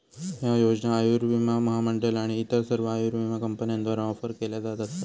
ह्या योजना आयुर्विमा महामंडळ आणि इतर सर्व आयुर्विमा कंपन्यांद्वारा ऑफर केल्या जात असा